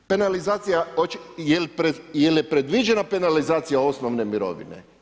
Penalizacija, jel je predviđena penalizacija osnovne mirovine?